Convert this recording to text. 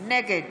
נגד